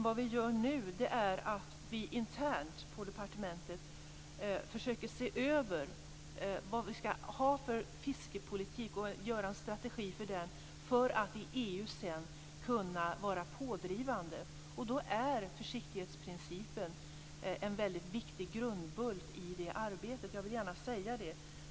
Vad vi gör nu är att vi internt på departementet försöker se över vad vi skall ha för fiskepolitik och utarbeta en strategi för den för att i EU kunna vara pådrivande. Då är försiktighetsprincipen en väldigt viktig grundbult i det arbetet. Jag vill gärna säga det.